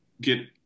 get